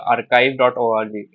Archive.org